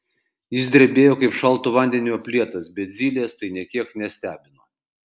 jis drebėjo kaip šaltu vandeniu aplietas bet zylės tai nė kiek nestebino